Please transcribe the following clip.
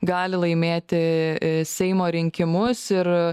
gali laimėti seimo rinkimus ir